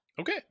Okay